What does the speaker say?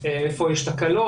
איפה יש תקלות,